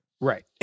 Right